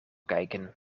kijken